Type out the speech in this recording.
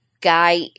guy